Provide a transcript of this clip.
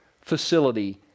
facility